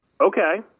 Okay